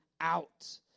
out